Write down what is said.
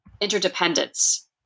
interdependence